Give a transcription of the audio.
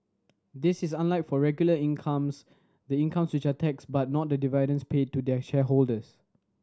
this is unlike for regular incomes the incomes which are taxed but not the dividends paid to their shareholders